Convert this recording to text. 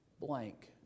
blank